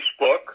Facebook